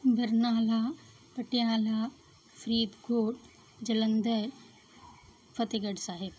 Barnala Patiala Faridkot Jalandhar Fatehgarh Sahib